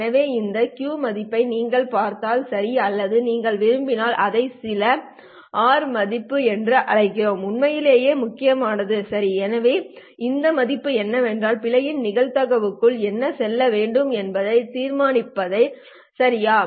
எனவே இந்த Q மதிப்பை நீங்கள் பார்த்தால் சரி அல்லது நீங்கள் விரும்பினால் இதை சில γ மதிப்பு என்று அழைக்கலாம் உண்மையிலேயே முக்கியமானது சரி எனவே இந்த மதிப்பு என்னவென்றால் பிழையின் நிகழ்தகவுக்குள் என்ன செல்ல வேண்டும் என்பதை தீர்மானிப்பதே சரியா